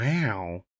Wow